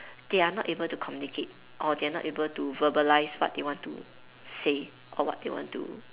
they are not able to communicate or they are not able to verbalize what they want to say or what they want to